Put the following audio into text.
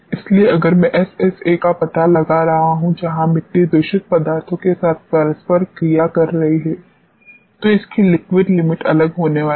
इसलिए अगर मै एसएसए का पता लगा रहा हूँ जहां मिट्टी दूषित पदार्थों के साथ परस्पर क्रिया कर रही है तो इसकी लिक्विड लिमिट अलग होने वाली है